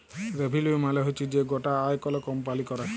revenue মালে হচ্যে যে গটা আয় কল কম্পালি ক্যরে